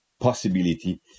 possibility